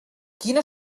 quina